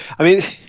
i mean,